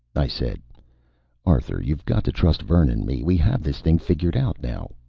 i said arthur, you've got to trust vern and me. we have this thing figured out now.